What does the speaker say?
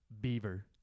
beaver